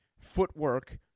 footwork